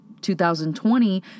2020